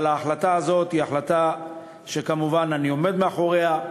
אבל ההחלטה הזאת היא החלטה שכמובן אני עומד מאחוריה.